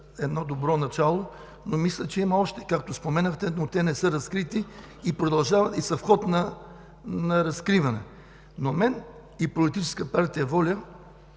едно добро начало. Мисля, че има още, както споменахте, но те не са разкрити и са в ход на разкриване. От мен и Политическа партия